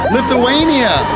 Lithuania